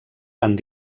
tant